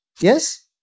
Yes